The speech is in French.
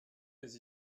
mais